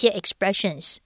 expressions